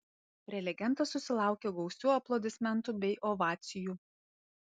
prelegentas susilaukė gausių aplodismentų bei ovacijų